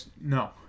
No